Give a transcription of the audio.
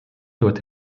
doit